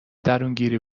درونگیری